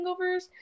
hangovers